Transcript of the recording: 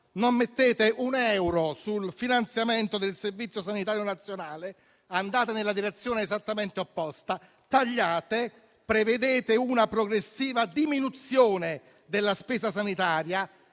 Non mettete un euro sul finanziamento del Servizio sanitario nazionale: andate nella direzione esattamente opposta; tagliate; prevedete una progressiva diminuzione della spesa sanitaria,